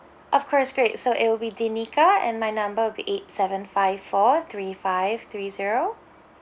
of course great so it'll be denika and my number would be eight seven five four three five three zero